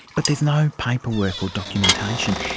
but there's no paperwork or documentation.